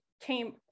came